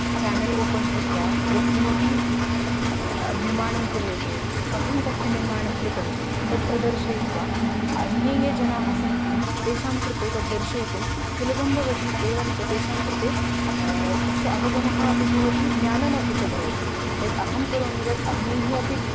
channel open कृत्वा यत्किमपि निर्माणं क्रियते कथं तस्य निर्माणं कृतं तत् प्रदर्शयित्वा अन्ये ये जनाः सन्ति तेषां कृते तद् दर्शयितुं सुलभं भवति एवञ्च तेषां कृते तस्य अवगमः अपि भवति ज्ञानमपि च भवति यत् अहं करोमि तत् अन्यैः अपि